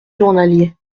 journalier